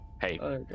hey